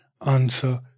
answer